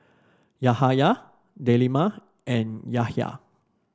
Yahaya Delima and Yahya